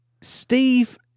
Steve